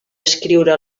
escriure